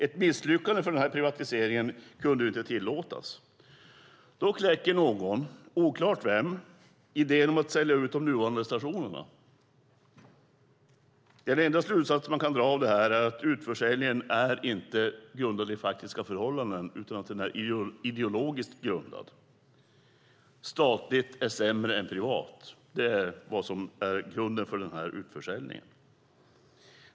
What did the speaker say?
Ett misslyckande för privatiseringen kunde inte tillåtas. Då kläckte någon, oklart vem, idén att sälja ut de nuvarande stationerna. Den enda slutsats man kan dra av detta är att utförsäljningen inte grundar sig i faktiska förhållanden utan i ideologi. Att statligt är sämre än privat är grunden för utförsäljningen.